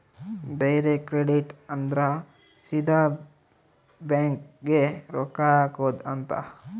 direct credit ಅಂದ್ರ ಸೀದಾ bank ಗೇ ರೊಕ್ಕ ಹಾಕೊಧ್ ಅಂತ